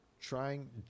trying